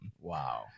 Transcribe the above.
Wow